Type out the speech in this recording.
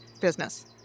business